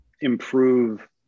improve